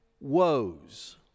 woes